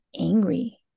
angry